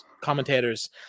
commentators